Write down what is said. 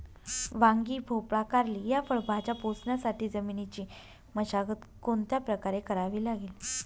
वांगी, भोपळा, कारली या फळभाज्या पोसण्यासाठी जमिनीची मशागत कोणत्या प्रकारे करावी लागेल?